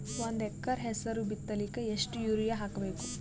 ಒಂದ್ ಎಕರ ಹೆಸರು ಬಿತ್ತಲಿಕ ಎಷ್ಟು ಯೂರಿಯ ಹಾಕಬೇಕು?